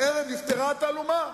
הערב נפתרה התעלומה: